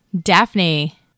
Daphne